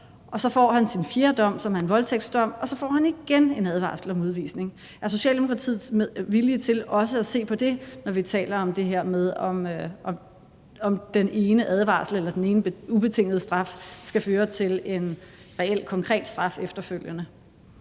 og så får han sin fjerde dom, som er en voldtægtsdom, og så får han igen en advarsel om udvisning. Er Socialdemokratiet villig til også at se på det, når vi taler om det her med, om den ene advarsel – eller den ene betingede straf – skal føre til en reel, konkret straf efterfølgende?